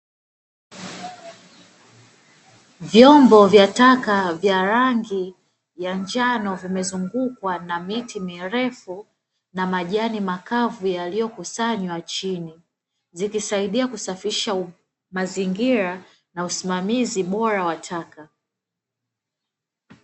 Vyombo vya taka vya rangi ya njano vimezungukwa na miti mirefu na majani makavu yaliyokusanywa chini, zikisaidia kusafisha mazingira na usimamizi bora wa taka.